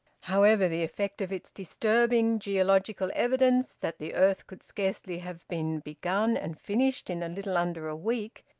however, the effect of its disturbing geological evidence that the earth could scarcely have been begun and finished in a little under a week,